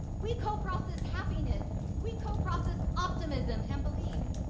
we co-process happiness. we co-process optimism and belief.